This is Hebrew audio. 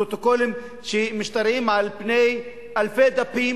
פרוטוקולים שמשתרעים על פני אלפי דפים.